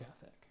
ethic